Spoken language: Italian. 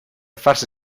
farsi